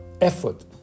effort